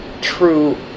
true